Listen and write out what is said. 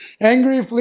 Angry